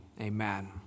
amen